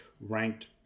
ranked